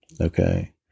Okay